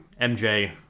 MJ